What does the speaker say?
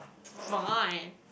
fine